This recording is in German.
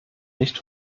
nicht